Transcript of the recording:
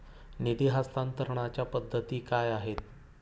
निधी हस्तांतरणाच्या पद्धती काय आहेत?